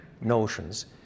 notions